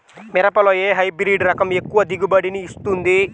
మిరపలో ఏ హైబ్రిడ్ రకం ఎక్కువ దిగుబడిని ఇస్తుంది?